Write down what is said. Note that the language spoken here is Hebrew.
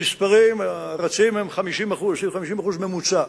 המספרים הרצים הם 50% בממוצע.